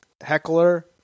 heckler